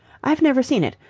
i've never seen it.